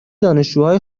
دانشجوهای